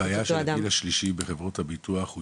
הביעה של הגיל השלישי בחברות הביטוח,